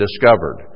discovered